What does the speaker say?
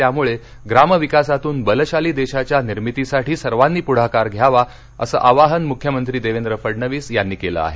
त्यामुळे ग्रामविकासातून बलशाली देशाच्या निर्मितीसाठी सर्वांनी पुढाकार घ्यावा असं आवाहन मुख्यमंत्री देवेंद्र फडणवीस यांनी केलं आहे